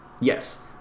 Yes